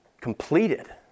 completed